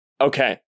Okay